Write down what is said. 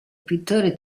pittore